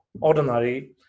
ordinary